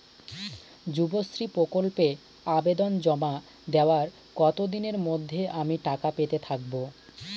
যুবশ্রী প্রকল্পে আবেদন জমা দেওয়ার কতদিনের মধ্যে আমি টাকা পেতে থাকব?